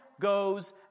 goes